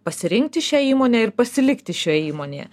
pasirinkti šią įmonę ir pasilikti šioje įmonėje